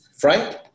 Frank